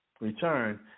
return